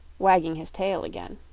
wagging his tail again.